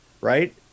right